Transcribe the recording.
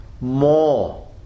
more